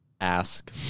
ask